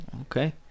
Okay